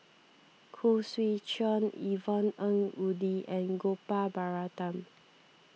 Khoo Swee Chiow Yvonne Ng Uhde and Gopal Baratham